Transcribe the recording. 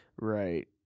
Right